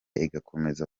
igakomeza